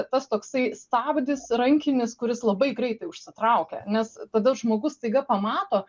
tas toksai stabdis rankinis kuris labai greitai užsitraukia nes tada žmogus staiga pamato